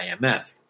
IMF